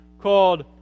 called